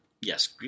Yes